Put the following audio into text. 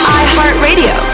iHeartRadio